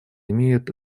имеет